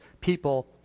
people